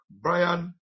Brian